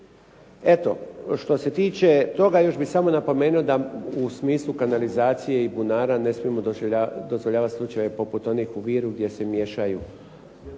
Eto, što se tiče toga, još bih samo napomenuo da u smislu kanalizacije i bunara ne smijemo dozvoljavati slučajeve poput onih u Viru gdje se miješaju